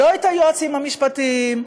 לא את היועצים המשפטיים,